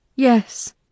Yes